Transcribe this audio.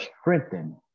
strengthen